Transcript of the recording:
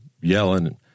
yelling